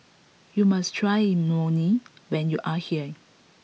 you must try Imoni when you are here